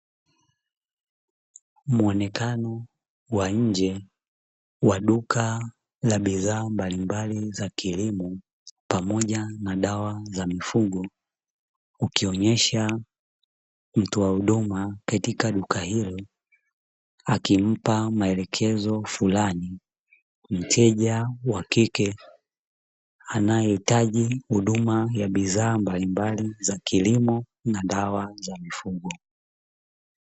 Muonekano wa nje wa duka la bidhaa mbalimbali za kilimo pamoja na dawa za mifugo, ukionyesha mtoa huduma katika duka hili akimpa maelekezo fulani mteja wa kike anayehitaji huduma ya bidhaa mbalimbali za kilimo na dawa za mifugo.